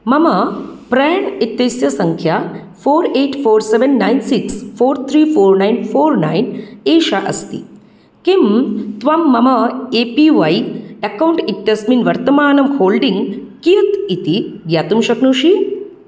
मम ब्रेण्ड् इत्यस्य सङ्ख्या four eight four seven nine six four त्रि फ़ोर् नैन् फ़ोर् नैन् एषा अस्ति किं त्वं मम ए पी वै अकौण्ट् इत्यस्मिन् वर्तमानं होल्डिङ्ग् कियत् इति ज्ञातुं शक्नोषि